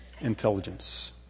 intelligence